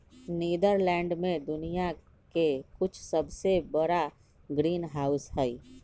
Netherlands में दुनिया के कुछ सबसे बड़ा ग्रीनहाउस हई